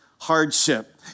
hardship